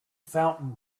fountain